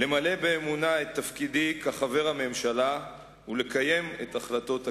למלא באמונה את תפקידי כחבר הממשלה ולקיים את החלטות הכנסת.